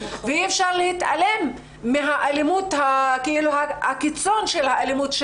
אי אפשר להתעלם מהקיצון של האלימות,